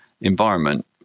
environment